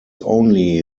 only